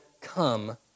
come